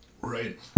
Right